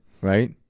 right